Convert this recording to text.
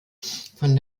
von